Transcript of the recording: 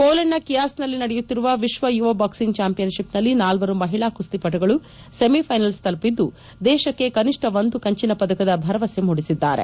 ಮೋಲೆಂಡ್ನ ಕಿಯಾಸ್ನಲ್ಲಿ ನಡೆಯುತ್ತಿರುವ ವಿಶ್ವ ಯುವ ಬಾಕ್ಸಿಂಗ್ ಚಾಂಪಿಯನ್ಷಿಪ್ನಲ್ಲಿ ನಾಲ್ವರು ಮಹಿಳಾ ಕುಸ್ತಿಪಟುಗಳು ಸೆಮಿಫೈನಲ್ಸ್ ತಲುಪಿದ್ದು ದೇಶಕ್ಕೆ ಕನಿಷ್ಟ ಒಂದು ಕಂಚಿನ ಪದಕದ ಭರವಸೆ ಮೂಡಿಸಿದ್ದಾರೆ